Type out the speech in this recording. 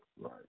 right